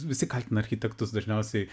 visi kaltina architektus dažniausiai